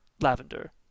lavender